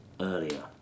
earlier